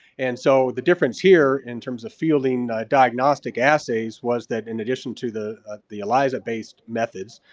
and so the difference here in terms of fielding diagnostic assays was that in addition to the the eliza based methods,